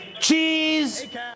Cheese